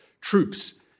troops